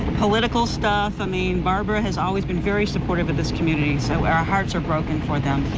political stuff. i mean barbara has always been very supportive of this community, so our ah hearts are broken for them.